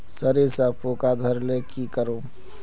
सरिसा पूका धोर ले की करूम?